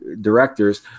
directors